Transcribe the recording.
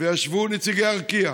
וישבו נציגי ארקיע.